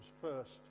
first